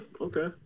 Okay